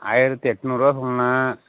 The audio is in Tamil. ஆயிரத்தி எட்நூறுபா சொன்னேன்